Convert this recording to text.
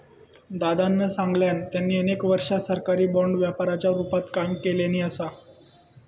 दादानं सांगल्यान, त्यांनी अनेक वर्षा सरकारी बाँड व्यापाराच्या रूपात काम केल्यानी असा